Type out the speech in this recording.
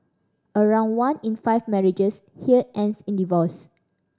around one in five marriages here ends in divorce